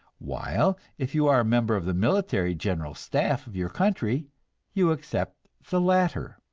while if you are a member of the military general staff of your country you accept the latter.